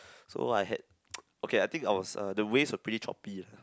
so I had okay I think was uh the waves were pretty choppy ah